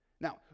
Now